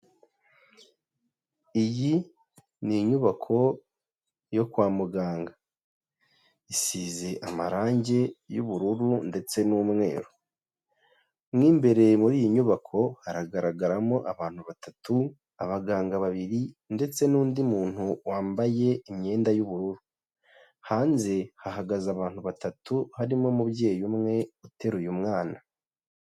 Iyi ni inyubako yo kwa muganga, isize amarangi y'ubururu ndetse n'umweru, mu imbere muri iyi nyubako haragaragaramo abantu batatu abaganga babiri ndetse n'undi muntu wambaye imyenda y'ubururu, hanze hahagaze abantu batatu harimo umubyeyi umwe uteruye umwana.